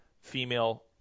female